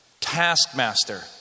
taskmaster